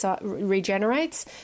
regenerates